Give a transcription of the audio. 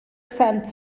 sent